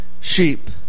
sheep